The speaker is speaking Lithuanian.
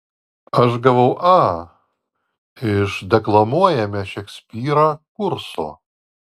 aš gavau a iš deklamuojame šekspyrą kurso